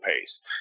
pace